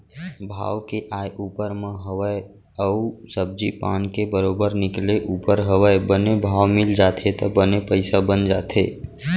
भाव के आय ऊपर म हवय अउ सब्जी पान के बरोबर निकले ऊपर हवय बने भाव मिल जाथे त बने पइसा बन जाथे